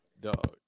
Dog